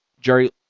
jerry